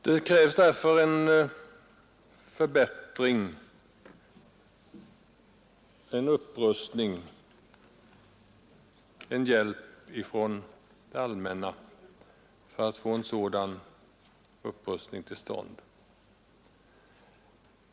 Det krävs därför en förbättring, en upprustning, och hjälp från det allmänna för att få en sådan upprustning till stånd.